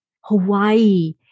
Hawaii